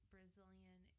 Brazilian